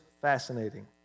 fascinating